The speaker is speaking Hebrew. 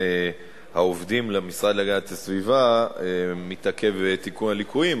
העובדים למשרד להגנת הסביבה מתעכב תיקון הליקויים,